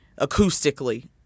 acoustically